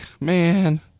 man